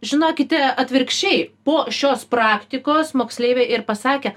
žinokite atvirkščiai po šios praktikos moksleiviai ir pasakė